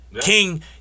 King